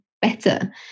better